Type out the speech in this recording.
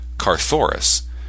Carthoris